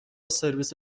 سرویس